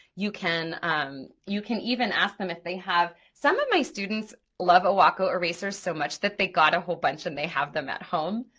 you can um you can even ask them if they have, some of my students love iwako erasers so much that they got a whole bunch and they have them at home,